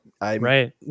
Right